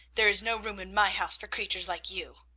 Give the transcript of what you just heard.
there is no room in my house for creatures like you.